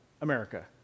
America